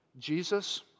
Jesus